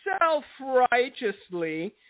self-righteously